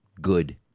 Good